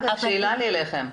שאלה לי אליכם.